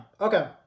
Okay